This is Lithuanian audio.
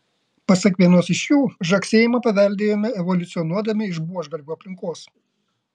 pasak vienos iš jų žagsėjimą paveldėjome evoliucionuodami iš buožgalvių aplinkos